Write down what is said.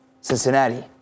Cincinnati